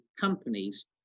companies